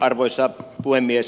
arvoisa puhemies